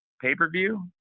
pay-per-view